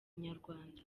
inyarwanda